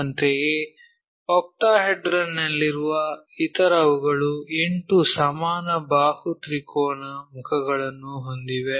ಅಂತೆಯೇ ಆಕ್ಟಾಹೆಡ್ರನ್ ನಲ್ಲಿರುವ ಇತರವುಗಳು ಎಂಟು ಸಮಾನ ಸಮಬಾಹು ತ್ರಿಕೋನ ಮುಖಗಳನ್ನು ಹೊಂದಿವೆ